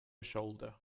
shoulder